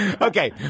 Okay